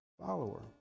follower